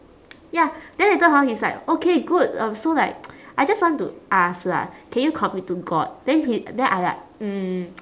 ya then later hor he's like okay good um so like I just want to ask lah can you commit to god then he then I like mm